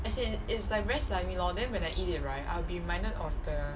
as in is like very slimy lor then when I eat it right I'll be reminded of the